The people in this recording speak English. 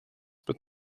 but